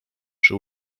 przy